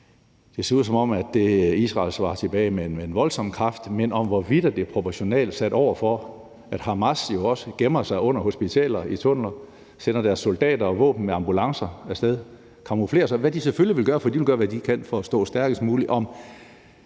Det ser ud, som om Israel svarer tilbage med en voldsom kraft. Men hvorvidt det er proportionalt sat over for, at Hamas jo også gemmer sig under hospitaler og i tunneller og sender deres våben og soldater af sted i ambulancer og camouflerer sig – hvad de selvfølgelig vil gøre, fordi de vil gøre, hvad de kan for at stå stærkest muligt